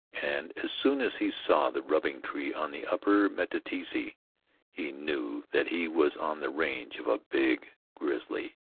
and as soon as he saw the rubbing-tree on the upper meteetsee he knew that he was on the range of a big grizzly.